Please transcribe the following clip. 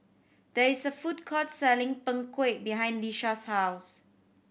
there is a food court selling Png Kueh behind Lisha's house